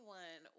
one